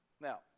Now